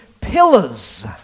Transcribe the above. pillars